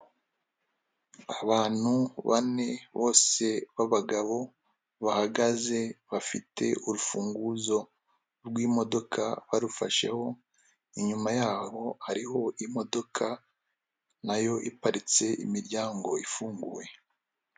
Abantu bane, bose babagabo bahagaze, bafite urufunguzo rw'imodoka barufasheho, inyuma yaho hariho imodoka nayo iparitse imiryango ifunguye.